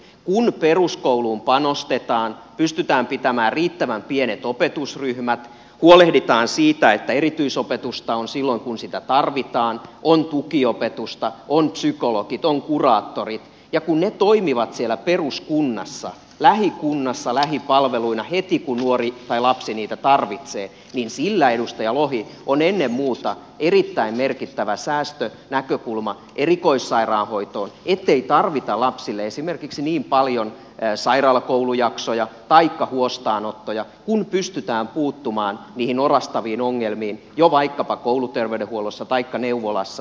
kun peruskouluun panostetaan pystytään pitämään riittävän pienet opetusryhmät huolehditaan siitä että erityisopetusta on silloin kun sitä tarvitaan on tukiopetusta on psykologit on kuraattorit ja kun ne toimivat siellä peruskunnassa lähikunnassa lähipalveluina heti kun nuori tai lapsi niitä tarvitsee niin siinä edustaja lohi on ennen muuta erittäin merkittävä säästönäkökulma erikoissairaanhoitoon ettei tarvita lapsille esimerkiksi niin paljon sairaalakoulujaksoja taikka huostaanottoja kun pystytään puuttumaan niihin orastaviin ongelmiin jo vaikkapa kouluterveydenhuollossa taikka neuvolassa